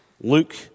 Luke